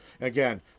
Again